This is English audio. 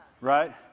Right